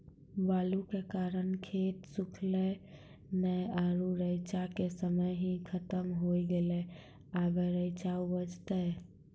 बालू के कारण खेत सुखले नेय आरु रेचा के समय ही खत्म होय गेलै, अबे रेचा उपजते?